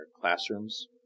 classrooms